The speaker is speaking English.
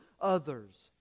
others